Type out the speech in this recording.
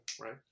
right